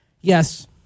Yes